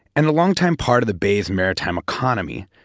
and a longtime part of the bay's maritime economy.